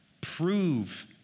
prove